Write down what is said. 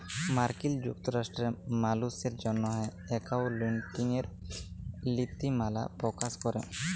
মার্কিল যুক্তরাষ্ট্রে মালুসের জ্যনহে একাউল্টিংয়ের লিতিমালা পকাশ ক্যরে